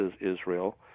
Israel